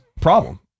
problem